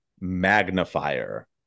magnifier